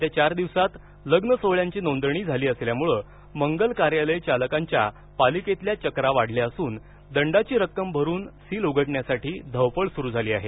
येत्या चार दिवसांत लग्न सोहळ्यांची नोंदणी झाली असल्याने मंगल कार्यालय चालकांच्या पालिकेतील चकरा वाढल्या असून दंडाची रक्कम भरून सील उघडण्यासाठी धावपळ सुरू झाली आहे